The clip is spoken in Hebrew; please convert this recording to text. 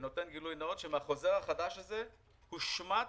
הגילוי הנאות, שמהחוזר החדש הזה הושמט